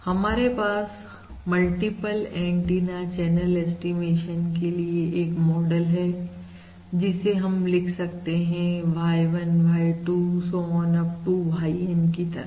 हमारे पास multiple antenna channel estimation के लिए मॉडल है जिसे हम लिख सकते हैं Y1 Y2 so on up to YN की तरह